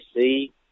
see